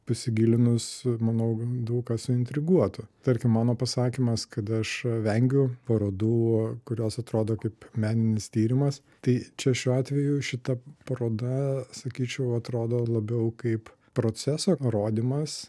pasigilinus manau daug ką suintriguotų tarkim mano pasakymas kad aš vengiu parodų kurios atrodo kaip meninis tyrimas tai čia šiuo atveju šita paroda sakyčiau atrodo labiau kaip proceso rodymas